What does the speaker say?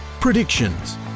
predictions